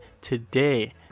today